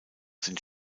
sind